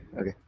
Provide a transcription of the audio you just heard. Okay